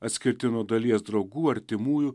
atskirti nuo dalies draugų artimųjų